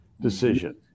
decision